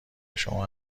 شما